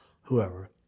whoever